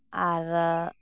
ᱟᱨᱚ